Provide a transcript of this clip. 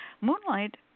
Moonlight